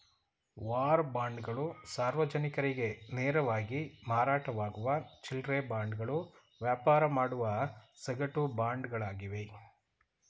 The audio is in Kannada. ವಾರ್ ಬಾಂಡ್ಗಳು ಸಾರ್ವಜನಿಕರಿಗೆ ನೇರವಾಗಿ ಮಾರಾಟವಾಗುವ ಚಿಲ್ಲ್ರೆ ಬಾಂಡ್ಗಳು ವ್ಯಾಪಾರ ಮಾಡುವ ಸಗಟು ಬಾಂಡ್ಗಳಾಗಿವೆ